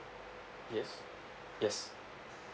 yes yes